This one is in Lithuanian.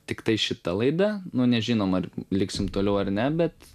tiktai šita laida nu nežinom ar liksim toliau ar ne bet